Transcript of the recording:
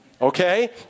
Okay